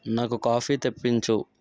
నాకు కాఫీ తెప్పించు